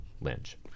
Lynch